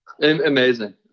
Amazing